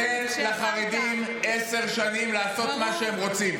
אמרתי לו: תן לחרדים עשר שנים לעשות מה שהם רוצים,